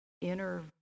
inner